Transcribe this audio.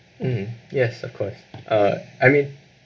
mm yes of course uh I mean